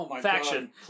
faction